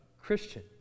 Christian